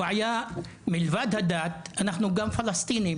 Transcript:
הבעיה מלבד הדת אנחנו גם פלסטינים,